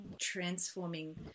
transforming